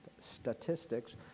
statistics